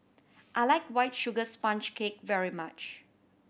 I like White Sugar Sponge Cake very much